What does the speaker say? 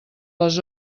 les